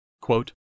Quote